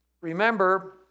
Remember